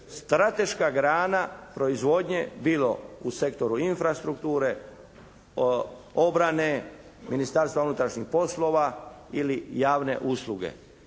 strateška grana proizvodnje bilo u sektoru infrastrukture, obrane, Ministarstva unutrašnjih poslova ili javne usluge.